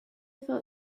felt